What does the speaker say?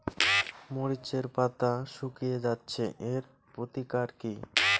মরিচের পাতা শুকিয়ে যাচ্ছে এর প্রতিকার কি?